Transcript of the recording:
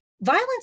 Violence